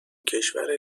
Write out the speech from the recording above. کشور